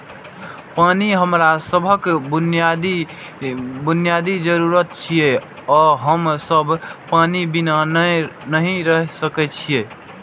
पानि हमरा सभक बुनियादी जरूरत छियै आ हम सब पानि बिना नहि रहि सकै छी